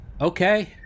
Okay